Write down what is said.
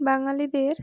বাঙালিদের